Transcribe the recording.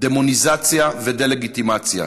דמוניזציה ודה-לגיטימציה,